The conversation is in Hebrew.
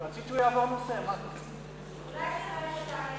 רצית שהוא יעבור נושא, מה ציפית?